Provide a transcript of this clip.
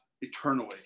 eternally